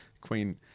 Queen